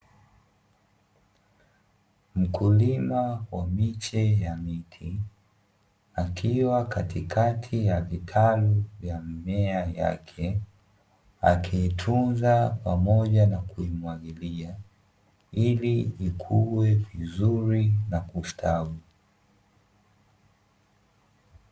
Mkulima wa miche ya miti akiwa katikati ya vitalu vya mmea yake akiitunza pamoja na kuimwagilia ili ikue vizuri na kustawi.